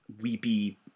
weepy